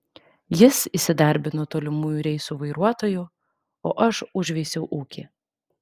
jis įsidarbino tolimųjų reisų vairuotoju o aš užveisiau ūkį